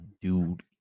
dude